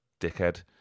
dickhead